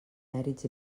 mèrits